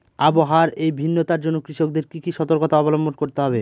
আবহাওয়ার এই ভিন্নতার জন্য কৃষকদের কি কি সর্তকতা অবলম্বন করতে হবে?